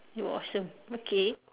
it was awesome okay